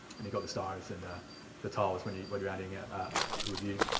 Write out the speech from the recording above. and you got the stars and the tiles when he but you're adding a review,